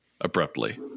abruptly